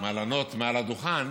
מה לענות מעל הדוכן,